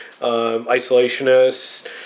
isolationists